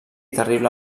terrible